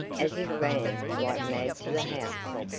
as he ran like mad to the house.